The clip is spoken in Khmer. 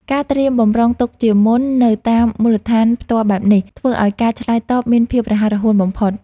ការត្រៀមបម្រុងទុកជាមុននៅតាមមូលដ្ឋានផ្ទាល់បែបនេះ ធ្វើឱ្យការឆ្លើយតបមានភាពរហ័សរហួនបំផុត។